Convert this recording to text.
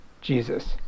Jesus